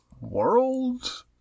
world